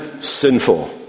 sinful